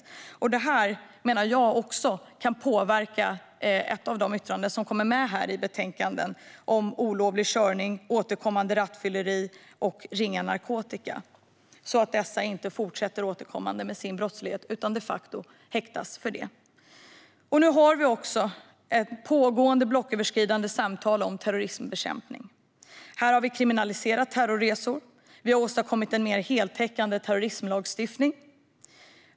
Denne kan därigenom inte fortsätta med sin återkommande brottslighet. Det här menar jag kan påverka det som tas upp i ett av de yttranden som kommit med i betänkandet och som gäller olovlig körning, återkommande rattfylleri och ringa narkotikabrott. Nu har vi också ett pågående blocköverskridande samtal om terrorismbekämpning. Vi har kriminaliserat terrorresor. Vi har åstadkommit en mer heltäckande terrorismlagstiftning.